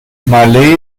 malé